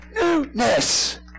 newness